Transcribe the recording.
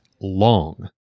long